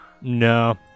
No